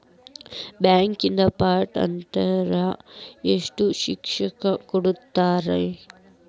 ಬ್ಯಾಂಕಿಂದಾ ಫ್ರಾಡ್ ಅತಂದ್ರ ಏನ್ ಶಿಕ್ಷೆ ಕೊಡ್ತಾರ್?